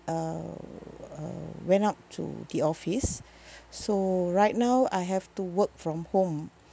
uh uh went up to the office so right now I have to work from home